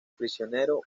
prisionero